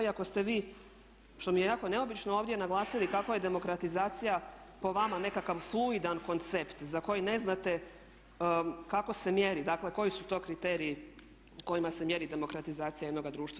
I ako ste vi, što mi je jako neobično ovdje naglasili kako je demokratizacija po vama nekakav fluidan koncept za koji ne znate kako se mjeri, dakle koji su to kriteriji kojima se mjeri demokratizacija jednoga društva.